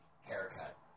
haircut